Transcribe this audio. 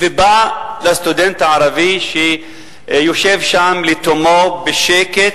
ובא לסטודנט הערבי שיושב שם לתומו, בשקט,